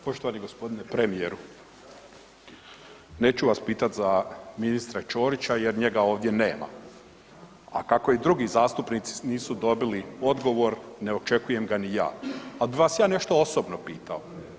Poštovani g. premijeru, neću vas pitat za ministra Ćorića jer njega ovdje nema. a kako i drugi zastupnici nisu dobili odgovor ne očekujem ga ni ja, al bi vas ja nešto osobno pitao.